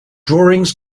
drawings